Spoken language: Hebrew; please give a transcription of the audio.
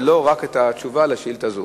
ולא רק את התשובה על השאילתא הזאת,